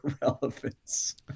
relevance